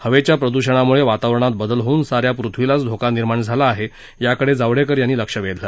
हवेच्या प्रदूषणामुळे वातावरणात बदल होऊन साऱ्या पृथ्वीलाच धोका निर्माण झाला आहे याकडे जावडेकर यांनी लक्ष वेधलं